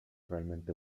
realmente